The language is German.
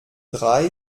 drei